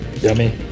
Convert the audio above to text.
yummy